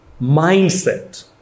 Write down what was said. mindset